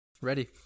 Ready